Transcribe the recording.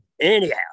anyhow